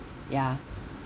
ya